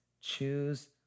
Choose